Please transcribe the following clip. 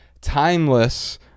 timeless